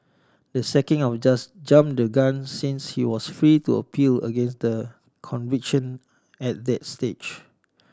the sacking our just jump the gun since he was free to appeal against the conviction at that stage